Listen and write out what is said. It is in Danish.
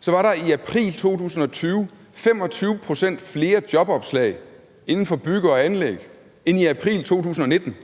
så var der i april 2020 25 pct. flere jobopslag inden for bygge- og anlægsbranchen end i april 2019.